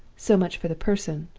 so much for the person.